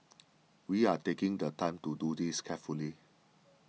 we are taking the time to do this carefully